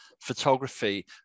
photography